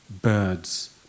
birds